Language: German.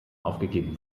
aufgegeben